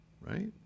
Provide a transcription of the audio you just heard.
right